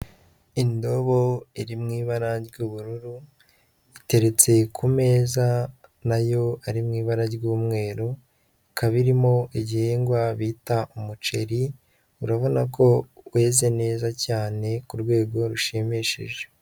Indobo iri mu ibara ry'ubururu, iteretse ku meza na yo ari mu ibara ry'umweru, ikaba irimo igihingwa bita umuceri, urabona ko weze neza cyane, ku rwego rushimishije.